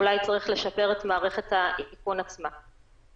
אולי צריך לשפר את מערכת האיכון עצמה.